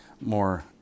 More